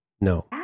no